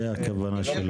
זה הכוונה שלו.